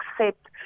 accept